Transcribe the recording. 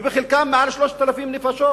ובחלקם מעל 3,000 נפשות,